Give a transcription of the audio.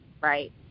right